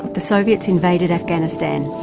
the soviets invaded afghanistan.